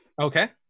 Okay